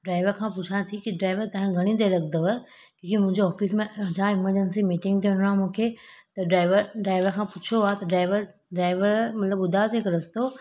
driver खां पुछां थी की ड्राइवर तव्हां खे घणी देर लॻंदव इहो मुंहिंजो ऑफ़िस मां छाहे एमरजंसी मीटिंग में वञिणो आहे मूंखे त ड्राइवर ड्राइवर खां पुछो आहे त ड्राइवर ड्राइवर मतलबु ॿुधायो आहे हिकु रस्तो